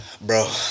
Bro